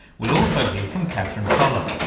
we'll also hear from katherine fallah,